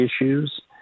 issues